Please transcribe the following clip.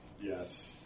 Yes